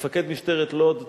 מפקד משטרת לוד דורון,